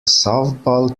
softball